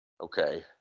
Okay